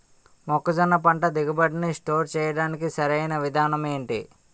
మొక్కజొన్న పంట దిగుబడి నీ స్టోర్ చేయడానికి సరియైన విధానం ఎంటి?